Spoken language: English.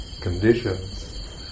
conditions